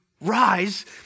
rise